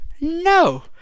no